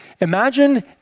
Imagine